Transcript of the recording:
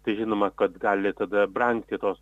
tai žinoma kad gali tada brangti tos